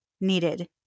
needed